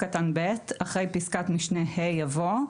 אחרי פסקת משנה (ה) יבוא: